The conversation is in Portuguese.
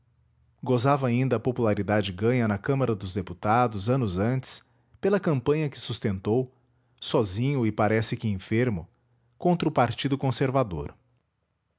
ainda agora a popularidade ganha na câmara dos deputados anos antes pela campanha que sustentou sozinho e parece que enfermo contra o partido conservador